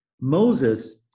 Moses